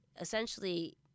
essentially